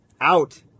out